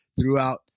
throughout